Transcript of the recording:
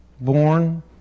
born